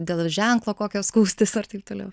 dėl ženklo kokio skųstis ar taip toliau